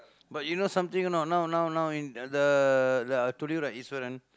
but you know something or not now now now in the the I told you right Iswaran